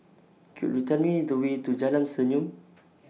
Could YOU Tell Me The Way to Jalan Senyum